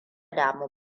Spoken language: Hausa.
damu